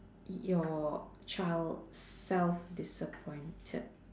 y~ your child self disappointed